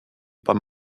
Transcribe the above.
beim